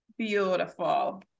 beautiful